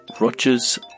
Rogers